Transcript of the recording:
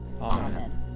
Amen